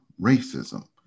racism